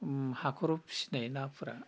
हाख'राव फिसिनाय नाफ्रा